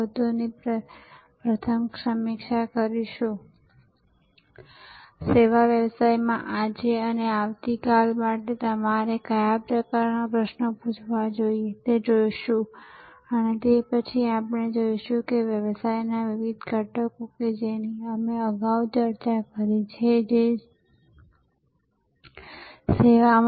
તેથી જો તમે મોટા મોલનું નિર્માણ કરી રહ્યા છો તો તે વિવિધ પ્રકારની સેવાઓ માટે વિતરણ આઉટલેટ તરીકે કાર્ય કરશે તમે તેને શોધવાનો પ્રયાસ કરશો કેટલીકવાર મુખ્ય મેટ્રો વિસ્તારની બહાર હોઈ શકે છે જેથી મુસાફરીની દ્રષ્ટિએ ગ્રાહકોને પણ મુસાફરી કરવી પડી શકે છે